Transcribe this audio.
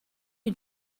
who